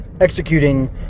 executing